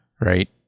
Right